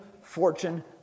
fortune